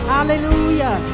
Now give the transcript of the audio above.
Hallelujah